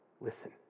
Listen